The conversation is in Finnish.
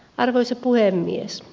arvoisa puhemies